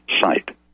site